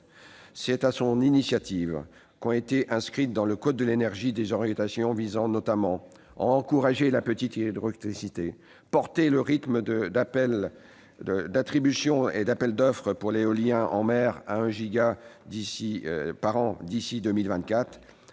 C'est sur son initiative qu'ont été inscrites dans le code de l'énergie des orientations visant notamment à encourager la petite hydroélectricité, à porter le rythme d'attribution des appels d'offres pour l'éolien en mer à 1 gigawatt par an d'ici à 2024,